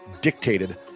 dictated